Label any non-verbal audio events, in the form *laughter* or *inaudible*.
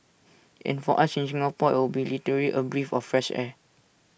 *noise* and for us in Singapore it'll be literally A breath of fresh air